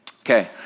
Okay